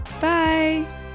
Bye